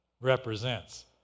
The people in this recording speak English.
represents